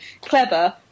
clever